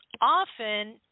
often